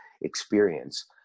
experience